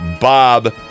Bob